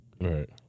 right